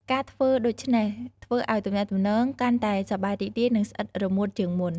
ការធ្វើដូច្នេះធ្វើឲ្យទំនាក់ទំនងកាន់តែសប្បាយរីករាយ និងស្អិតរមួតជាងមុន។